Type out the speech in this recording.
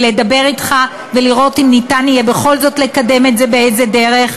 לדבר אתך ולראות אם יהיה אפשר בכל זאת לקדם את זה באיזו דרך.